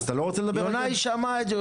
יוראי שמע את זה.